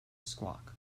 squawk